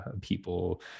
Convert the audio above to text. people